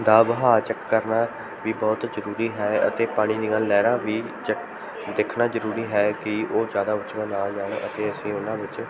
ਦਾ ਵਹਾਅ ਚੈੱਕ ਕਰਨਾ ਵੀ ਬਹੁਤ ਜ਼ਰੂਰੀ ਹੈ ਅਤੇ ਪਾਣੀ ਦੀਆਂ ਲਹਿਰਾਂ ਵੀ ਚੈਕ ਦੇਖਣਾ ਜ਼ਰੂਰੀ ਹੈ ਕਿ ਉਹ ਜ਼ਿਆਦਾ ਉੱਚੀਆਂ ਨਾ ਜਾਣ ਅਤੇ ਅਸੀਂ ਉਹਨਾਂ ਵਿੱਚ